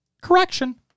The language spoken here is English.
Correction